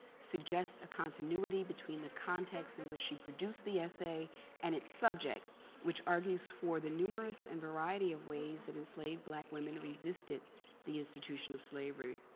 suggests a continuity between the context in which she produced the essay and its subject which argues for the numerous and variety of ways that enslaved black women resisted the institution of slavery.